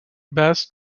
bass